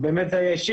הוא באמת היה אישי,